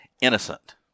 innocent